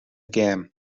gêm